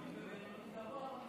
בינוני ובינוני-גבוה,